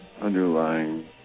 underlying